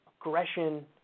aggression